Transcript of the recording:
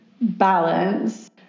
balance